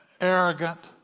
arrogant